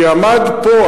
כי עמד פה,